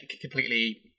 completely